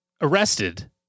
arrested